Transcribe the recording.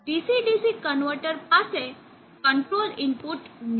DC DC converter પાસે control input છે d